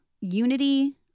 unity